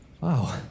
Wow